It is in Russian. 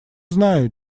знаю